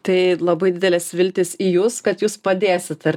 tai labai didelės viltys į jus kad jūs padėsit ar